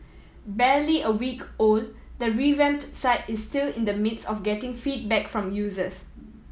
barely a week old the revamped site is still in the midst of getting feedback from users